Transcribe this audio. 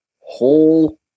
whole